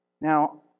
Now